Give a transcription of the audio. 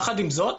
יחד עם זאת,